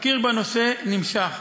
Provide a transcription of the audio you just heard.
התחקיר בנושא נמשך,